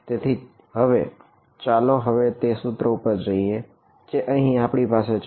તેથી હવે ચાલો હવે તે સૂત્ર ઉપર જઈએ જે અહીં આપણી પાસે છે